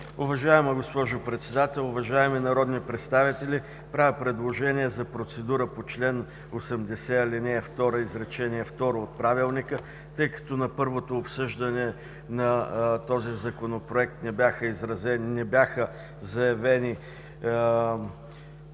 Уважаема госпожо Председател, уважаеми народни представители! Правя предложение за процедура по чл. 80, ал. 2, изречение второ от Правилника. Тъй като на първото обсъждане на този Законопроект не беше заявено,